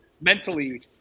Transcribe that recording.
mentally